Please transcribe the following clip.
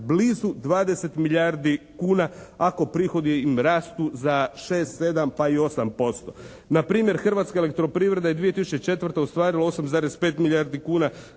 blizu 20 milijardi kuna ako prihodi im rastu za 6, 7 pa i 8%. Na primjer Hrvatska elektroprivreda je 2004. ostvarila 8,5 milijardi kuna.